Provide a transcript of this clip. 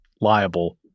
liable